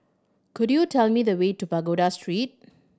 could you tell me the way to Pagoda Street